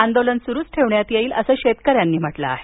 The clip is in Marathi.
आंदोलन सुरूच ठेवण्यात येईल असं शेतकऱ्यांनी स्पष्ट केलं आहे